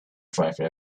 driver